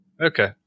Okay